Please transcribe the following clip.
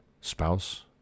spouse